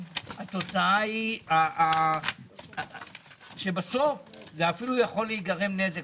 התוצאה היא שבסוף יכול להיגרם נזק אפילו.